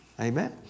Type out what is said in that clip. Amen